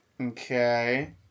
Okay